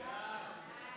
חוק